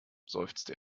seufzte